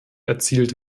erzielt